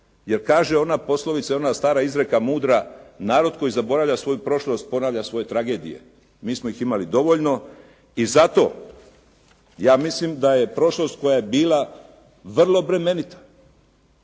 jer kaže ona poslovica i ona stara izreka mudra: „Narod koji zaboravlja svoju prošlost, ponavlja svoje tragedije!“. Mi smo ih imali dovoljno. I zato, ja mislim da je prošlost koja je bila vrlo bremenita